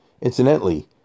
Incidentally